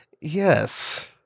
Yes